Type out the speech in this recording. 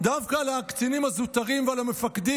אלא דווקא על הקצינים הזוטרים ועל המפקדים,